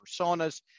personas